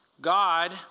God